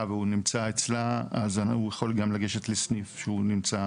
והוא נמצא אצלה אז הוא יכול גם לגשת לסניף שהוא נמצא.